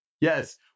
Yes